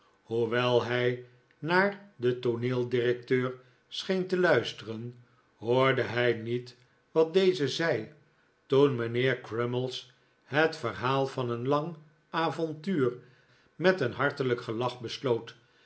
hoewel hij naar den tooneeldirecteur scheen te luisteren hoorde hij niet wat deze zei en toen mijnheer crummies het verhaal van een lang avontuur met een hartelijk gelach besloot